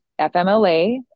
FMLA